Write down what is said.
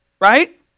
Right